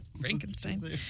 Frankenstein